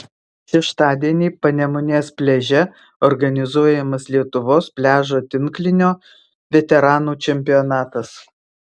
šeštadienį panemunės pliaže organizuojamas lietuvos pliažo tinklinio veteranų čempionatas